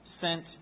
sent